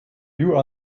you